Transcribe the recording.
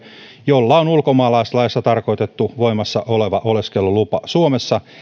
jolla on ulkomaalaislaissa tarkoitettu voimassa oleva oleskelulupa suomessa